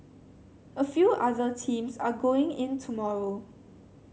a few other teams are going in tomorrow